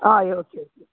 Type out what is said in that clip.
ആ okay okay